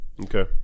okay